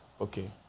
Okay